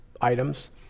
items